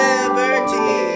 Liberty